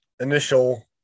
initial